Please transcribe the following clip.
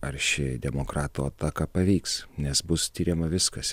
ar ši demokratų ataka pavyks nes bus tiriama viskas